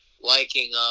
liking